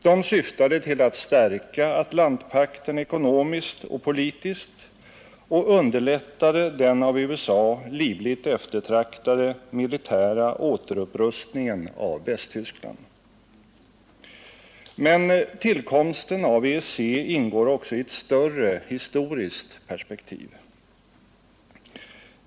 De syftade till att stärka Atlantpakten ekonomiskt och politiskt och underlättade den av USA livligt eftertraktade militära återupprustningen av Västtyskland. Men tillkomsten av EEC ingår också i ett större historiskt perspektiv.